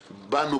בנו,